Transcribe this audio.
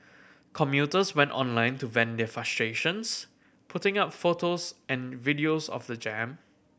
commuters went online to vent their frustrations putting up photos and videos of the jam